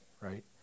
right